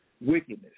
wickedness